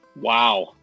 Wow